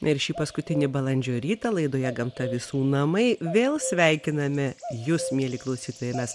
na ir šį paskutinį balandžio rytą laidoje gamta visų namai vėl sveikiname jus mieli klausytojai mes